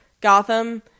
Gotham